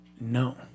No